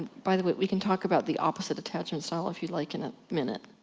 by the way, we can talk about the opposite attachment style, if you'd like, in a minute.